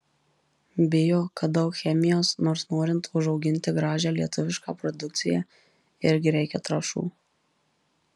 bijo kad daug chemijos nors norint užauginti gražią lietuvišką produkciją irgi reikia trąšų